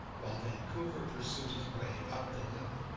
while vancouver pursued his way up the hill.